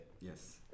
Yes